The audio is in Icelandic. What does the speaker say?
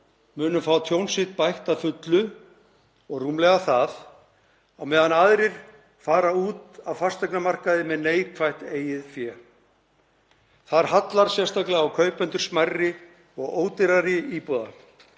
muni fá tjón sitt bætt að fullu, og rúmlega það, á meðan aðrir munu fara út af fasteignamarkaði með neikvætt eigið fé. Þar hallar sérstaklega á kaupendur smærri og ódýrari íbúða,